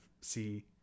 see